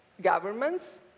governments